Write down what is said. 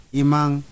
imang